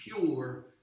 pure